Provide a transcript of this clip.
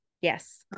yes